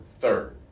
Third